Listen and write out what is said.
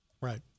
Right